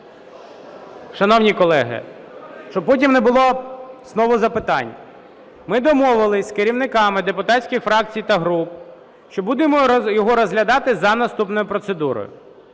Шановні колеги, щоб потім не було знову запитань. Ми домовились з керівниками депутатських фракцій та груп, що будемо його розглядати за наступною процедурою,